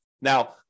Now